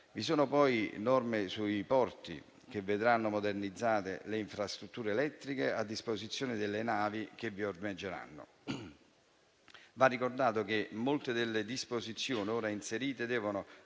Vi sono poi norme sui porti che vedranno modernizzate le infrastrutture elettriche a disposizione delle navi che vi ormeggeranno. Va ricordato che molte delle disposizioni ora inserite devono